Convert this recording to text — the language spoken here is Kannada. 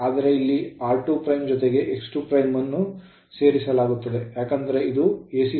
ಆದರೆ ಇಲ್ಲಿ r2 ಜೊತೆಗೆ x 2ಅನ್ನು ಸೇರಿಸಲಾಗುತ್ತದೆ ಏಕೆಂದರೆ ಇದು a